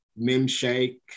Mimshake